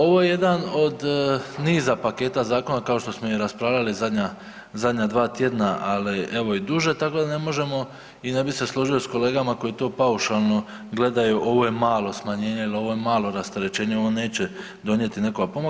Ovo je jedan od niza paketa zakona kao što smo i raspravljali zadnja, zadnja dva tjedna, ali evo i duže, tako da ne možemo i ne bi se složio s kolegama koji to paušalno gledaju ovo je malo smanjenje ili ovo je malo rasterećenje, ovo neće donijeti nekakvog pomaka.